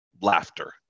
laughter